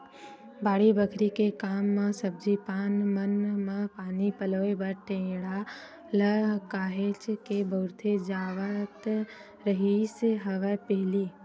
बाड़ी बखरी के काम म सब्जी पान मन म पानी पलोय बर टेंड़ा ल काहेच के बउरे जावत रिहिस हवय पहिली